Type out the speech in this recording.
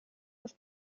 auf